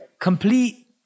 complete